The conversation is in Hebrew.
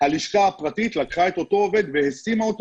הלשכה הפרטית לקחה את אותו עובד והעסיקה אותו